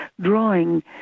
drawing